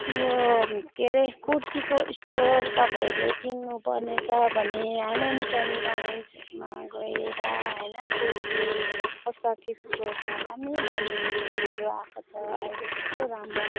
यो के अरे कुर्तीको स्टोर तपाईँहरूले किन्नुपर्ने छ भने हेमिल्टनगन्जमा गएर होइन कुर्ती पोसाकी स्टोरमा दामी दामी कुर्तीहरू आएको छ अहिले कस्तो राम्रो